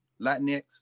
Latinx